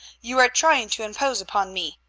you are trying to impose upon me.